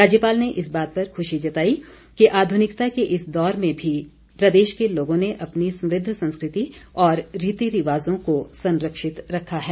राज्यपाल ने इस बात पर ख्रशी जताई कि आध्रनिकता के इस दौर में भी प्रदेश के लोगों ने अपनी समृद्ध संस्कृति और रीति रिवाजों को संरक्षित रखा है